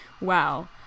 Wow